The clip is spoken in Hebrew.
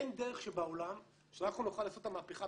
אין דרך שבעולם שאנחנו נוכל לעשות את המהפכה